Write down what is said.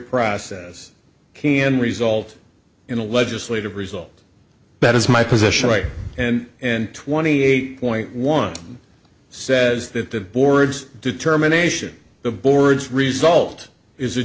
process can result in a legislative result that is my position right and twenty eight point one says that the board's determination the board's result is a